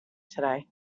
today